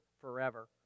forever